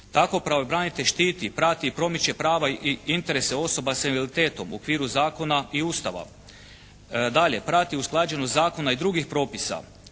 Tako pravobranitelj štiti, prati i promiče prava i interesa osoba sa invaliditetom u okviru zakona i Ustava. Dalje, prati usklađenost zakona i drugih propisa,